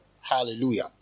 Hallelujah